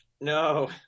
No